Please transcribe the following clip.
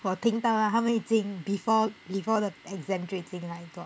我听到他们已经 before before the exam grades 进来 like got